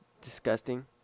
Disgusting